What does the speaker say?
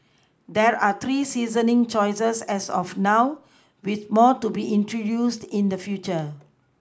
there are three seasoning choices as of now with more to be introduced in the future